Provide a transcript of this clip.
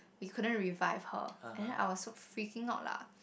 we couldn't revive her and then I was so freaking out lah